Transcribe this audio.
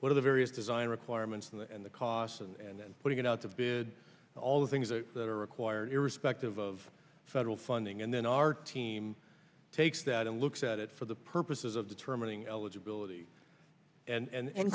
what are the various design requirements and the costs and then putting it out of bid all the things that are required irrespective of federal funding and then our team takes that and looks at it for the purposes of determining eligibility and